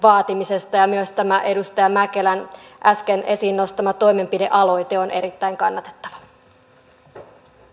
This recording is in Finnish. ja myös tämä edustaja mäkelän äsken esiin nostama toimenpidealoite on erittäin kannatettava